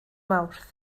mawrth